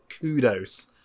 kudos